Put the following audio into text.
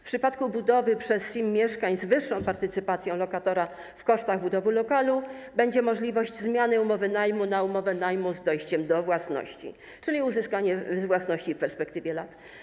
W przypadku budowy przez SIM mieszkań z wyższą partycypacją lokatora w kosztach budowy lokalu będzie możliwość zmiany umowy najmu na umowę najmu z dojściem do własności, czyli chodzi o uzyskanie własności w perspektywie lat.